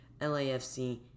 LAFC